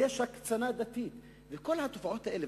יש הקצנה דתית וכל התופעות האלה,